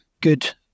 good